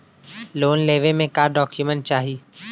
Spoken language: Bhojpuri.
लोन लेवे मे का डॉक्यूमेंट चाही?